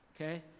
Okay